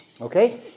Okay